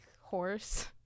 horse